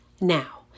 Now